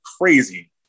crazy